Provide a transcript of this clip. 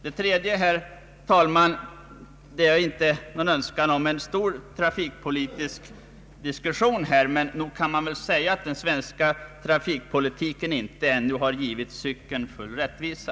Det tredje, herr talman, är inte någon önskan om en stor trafikpolitisk diskussion här, men nog kan man säga att den svenska trafikpolitiken ännu inte givit cykeln full rättvisa.